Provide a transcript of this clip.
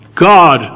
God